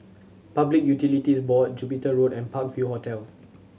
Public Utilities Board Jupiter Road and Park View Hotel